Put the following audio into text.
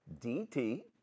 DT